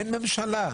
אין ממשלה.